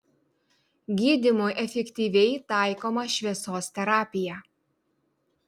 gydymui efektyviai taikoma šviesos terapija